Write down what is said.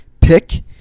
Pick